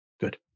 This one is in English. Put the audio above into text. Good